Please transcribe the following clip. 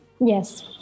yes